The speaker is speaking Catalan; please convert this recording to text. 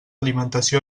alimentació